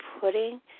putting